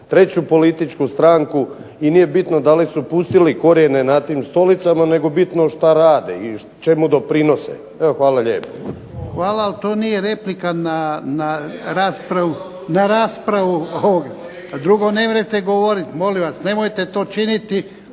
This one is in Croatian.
treću političku stranku i nije bitno da li su pustili korijene na tim stolicama, nego je bitno šta rade i čemu doprinose. Evo hvala lijepo. **Jarnjak, Ivan (HDZ)** Hvala lijepo. Ali to nije replika na raspravu. Drugo nemrete govoriti. Molim vas! Nemojte to čitini.